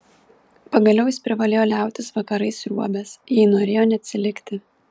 pagaliau jis privalėjo liautis vakarais sriuobęs jei norėjo neatsilikti